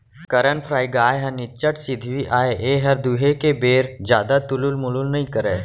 करन फ्राइ गाय ह निच्चट सिधवी अय एहर दुहे के बेर जादा तुलुल मुलुल नइ करय